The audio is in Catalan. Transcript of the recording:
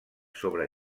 sobre